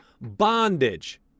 bondage